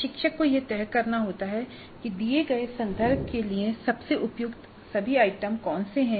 प्रशिक्षक को यह तय करना होता है कि दिए गए संदर्भ के लिए सबसे उपयुक्त सभी आइटम कौन से हैं